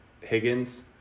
Higgins